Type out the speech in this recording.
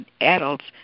adults